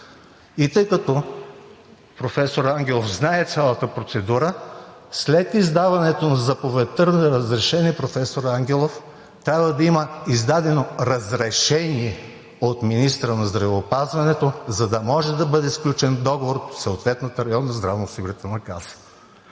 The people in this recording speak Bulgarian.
И тъй като професор Ангелов знае цялата процедура, след издаването на заповедта за разрешение, професор Ангелов, трябва да има издадено разрешение от министъра на здравеопазването, за да може да бъде сключен договор в съответната районна здравноосигурителна каса.